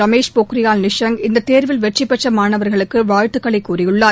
ரமேஷ் பொனியால் நிஷாய் இந்த தேர்வில் வெற்றி பெற்ற மாணவர்களுக்கு வாழ்த்துகளை தெரிவித்துள்ளார்